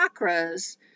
chakras